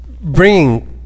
bringing